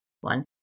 one